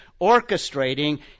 orchestrating